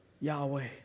Yahweh